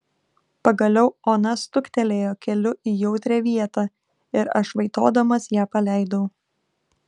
pagaliau ona stuktelėjo keliu į jautrią vietą ir aš vaitodamas ją paleidau